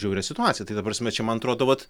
žiauria situacija tai ta prasme man čia atrodo vat